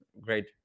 great